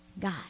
God